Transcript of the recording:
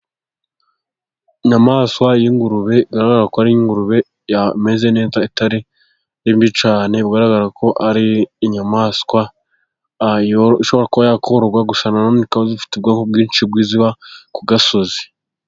Inyamaswa y'ingurube bigaragara ko ari ingurube imeze neza itari mbi cyane, igaragara ko ari inyamaswa ishobora kuba yakororwa. Gusa na none ika ifite ubwoya bwinshi nk'iziba ku gasozi.